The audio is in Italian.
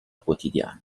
quotidiana